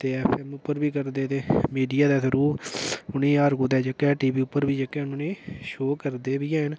ते F M उप्पर बी करदे ते मीडिया दे थ्रू उनेंगी हर कुदै जेह्का टीवी उप्पर बी जेह्का शो करदे बी हैन